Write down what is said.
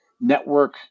network